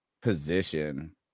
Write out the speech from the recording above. position